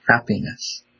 happiness